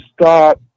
start